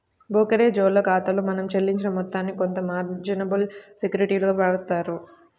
బోకరేజోల్ల ఖాతాలో మనం చెల్లించిన మొత్తాన్ని కొంత మార్జినబుల్ సెక్యూరిటీలుగా మారుత్తారు